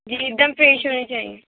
جی ایک دم فریش ہونی چاہیے